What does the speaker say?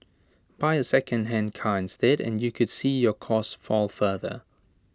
buy A second hand car instead and you could see your costs fall further